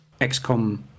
XCOM